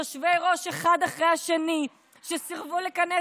יושבי-ראש שאחד אחרי השני סירבו לכנס